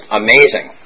amazing